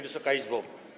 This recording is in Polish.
Wysoka Izbo!